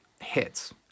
hits